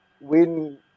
win